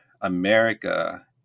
America